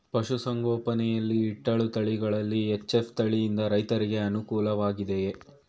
ಪಶು ಸಂಗೋಪನೆ ಯಲ್ಲಿ ಇಟ್ಟಳು ತಳಿಗಳಲ್ಲಿ ಎಚ್.ಎಫ್ ತಳಿ ಯಿಂದ ರೈತರಿಗೆ ಅನುಕೂಲ ವಾಗಿದೆಯೇ?